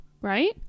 right